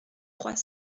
trois